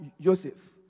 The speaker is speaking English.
Joseph